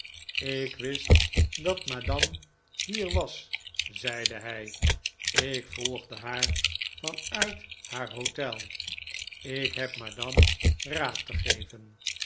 ik wist dat madame hier was zeide hij ik volgde haar van uit haar hotel ik heb madame raad te geven